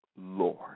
Lord